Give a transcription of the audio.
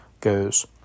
goes